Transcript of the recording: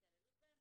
התעללות בהן,